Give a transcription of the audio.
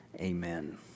amen